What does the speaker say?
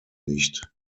nicht